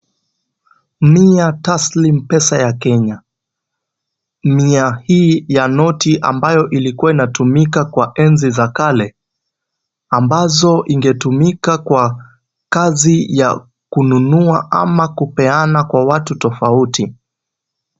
Mia taslimu pesa ya Kenya. Mia hii ya noti ambayo ilikuwa inatumika kwa enzi za kale, ambazo ingetumika kwa kazi ya kununua ama kupeana kwa watu tofauti.